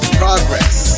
progress